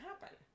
happen